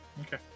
Okay